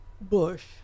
Bush